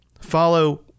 follow